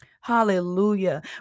hallelujah